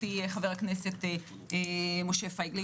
לפי חבר הכנסת לשעבר משה פייגלין,